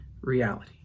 reality